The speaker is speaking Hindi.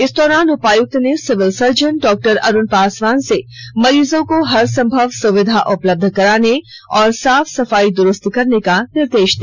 इस दौरान उपायुक्त ने सिविल सर्जन डॉ अरुण पासवान से मरीजों को हर संभव सुविधा उपलब्ध कराने और साफ सफाई दुरुस्त करने का निर्देश दिया